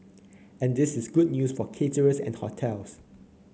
and this is good news for caterers and hotels